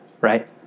right